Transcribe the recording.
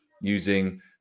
using